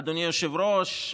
אדוני היושב-ראש,